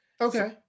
okay